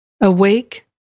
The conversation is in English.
Awake